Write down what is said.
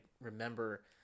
remember